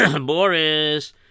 Boris